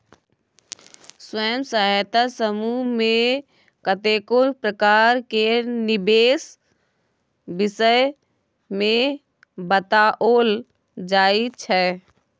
स्वयं सहायता समूह मे कतेको प्रकार केर निबेश विषय मे बताओल जाइ छै